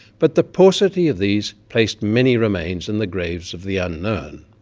but the paucity of these placed many remains in the graves of the unknown.